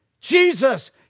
Jesus